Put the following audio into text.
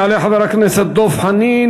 יעלה חבר הכנסת דב חנין,